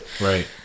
Right